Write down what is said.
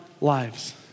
lives